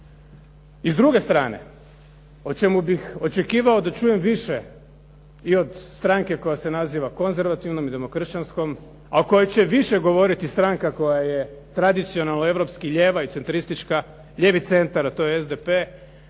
I s druge strane o čemu bih očekivao da čujem više i od stranke koja se naziva konzervativnom i demokršćanskom a o kojoj će više govoriti stranka koja je tradicionalno europski lijeva i centristička, lijevi centar a to je SDP